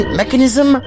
mechanism